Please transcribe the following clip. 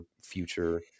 future